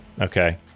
okay